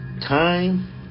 Time